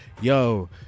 yo